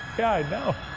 yeah, i know.